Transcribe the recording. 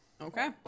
Okay